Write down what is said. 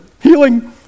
healing